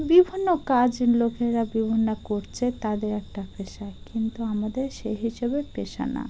বিভিন্ন কাজ লোকেরা বিভিন্ন করছে তাদের একটা পেশা কিন্তু আমাদের সেই হিসেবে পেশা না